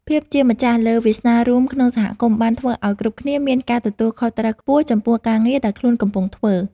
ភាពជាម្ចាស់លើវាសនារួមក្នុងសហគមន៍បានធ្វើឱ្យគ្រប់គ្នាមានការទទួលខុសត្រូវខ្ពស់ចំពោះការងារដែលខ្លួនកំពុងធ្វើ។